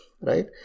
right